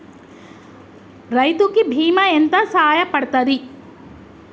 రైతు కి బీమా ఎంత సాయపడ్తది?